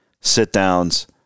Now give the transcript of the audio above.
sit-downs